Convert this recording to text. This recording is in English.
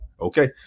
Okay